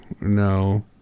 no